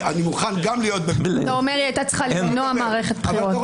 אני מוכן גם להיות --- אתה אומר שהיא הייתה צריכה למנוע מערכת בחירות.